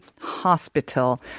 Hospital